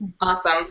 Awesome